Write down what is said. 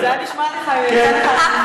זה היה נשמע, יצא לך מבטא צרפתי.